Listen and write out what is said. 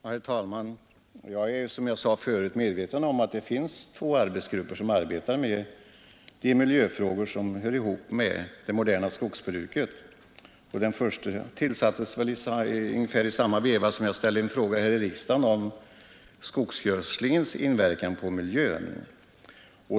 Herr talman! Jag är, som jag sade förut, medveten om att det finns två arbetsgrupper som arbetar med de miljövårdsfrågor som hör ihop med det moderna skogsbruket. Den första tillsattes ungefär samtidigt med att jag ställde en fråga här i riksdagen om skogsgödslingens inverkan på miljön.